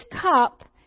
cup